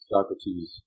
Socrates